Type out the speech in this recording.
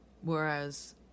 Whereas